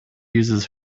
uses